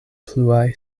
pluaj